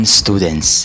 students